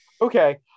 Okay